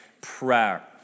prayer